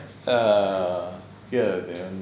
err ya